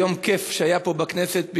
יום כיף שהיה פה בכנסת,